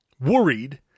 worried